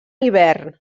hivern